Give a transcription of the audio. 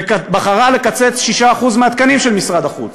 ובחרה לקצץ 6% מהתקנים של משרד החוץ,